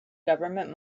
government